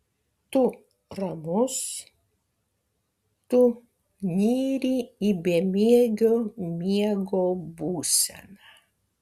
tu ramus tu nyri į bemiegio miego būseną